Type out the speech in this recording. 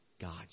God